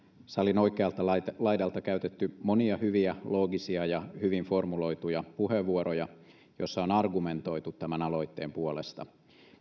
salin oikealta laidalta käytetty monia hyviä loogisia ja hyvin formuloituja puheenvuoroja joissa on argumentoitu tämän aloitteen puolesta